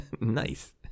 Nice